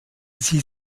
sie